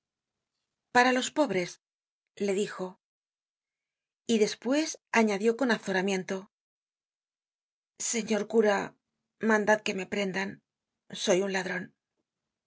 para los pobres le dijo y despues añadió con azoramiento señor cura mandad que me prendan soy un ladron